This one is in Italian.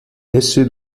essi